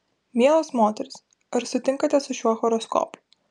mielos moterys ar sutinkate su šiuo horoskopu